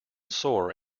sore